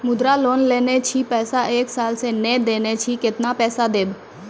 मुद्रा लोन लेने छी पैसा एक साल से ने देने छी केतना पैसा देब?